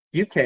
UK